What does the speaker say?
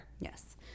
Yes